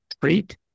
treat